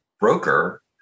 broker